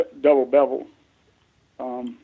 double-bevel